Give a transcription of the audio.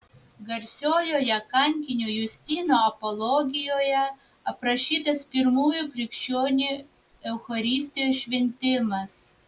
garsiojoje kankinio justino apologijoje aprašytas pirmųjų krikščionių eucharistijos šventimas